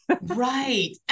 Right